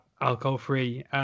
alcohol-free